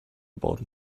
about